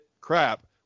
crap